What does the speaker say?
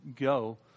go